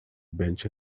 bench